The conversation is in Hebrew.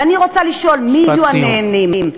ואני רוצה לשאול: מי יהיו הנהנים?